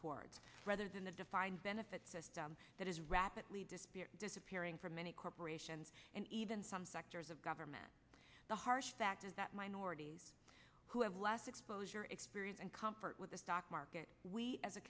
towards rather than the defined benefit system that is rapidly disappearing disappearing from many corporations and even some sectors of government the harsh fact is that minorities who have less exposure experience and comfort with the stock market we as a